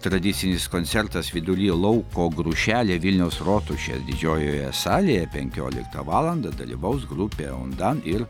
tradicinis koncertas vidury lauko grūšelė vilniaus rotušės didžiojoje salėje penkioliktą valandą dalyvaus grupė undan ir